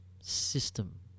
system